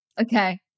Okay